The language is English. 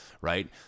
right